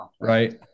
right